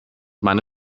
meine